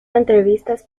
entrevistas